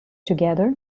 together